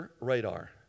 radar